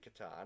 Catan